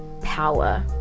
power